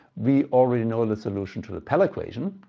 we already know the solution to the pell equation.